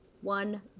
one